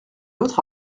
l’autre